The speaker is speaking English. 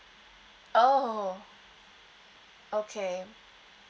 oh okay